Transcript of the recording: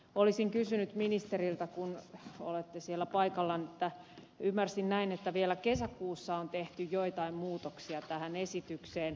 olisin kysynyt ministeriltä kun olette paikalla ja kun ymmärsin näin että vielä kesäkuussa on tehty joitain muutoksia tähän esitykseen